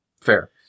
Fair